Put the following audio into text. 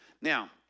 Now